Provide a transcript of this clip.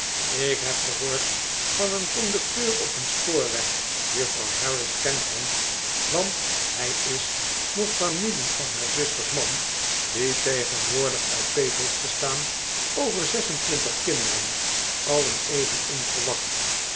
ik heb gehoord van een conducteur op een spoorweg juffrouw harris kent hem want hij is nog familie van haar zusters man die tegenwoordig al peet heeft gestaan over zes en twintig kinderen alien even onverwacht